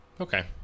okay